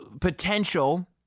potential